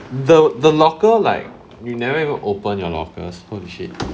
the the locker like you never even open your locker holy shit